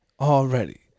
Already